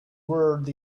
world